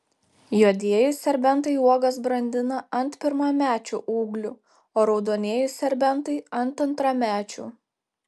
juodieji serbentai uogas brandina ant pirmamečių ūglių o raudonieji serbentai ant antramečių